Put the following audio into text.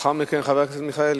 לאחר מכן, חבר הכנסת מיכאלי.